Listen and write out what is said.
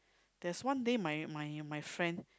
there's one day my my my friend